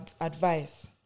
advice